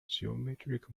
geometric